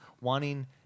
wanting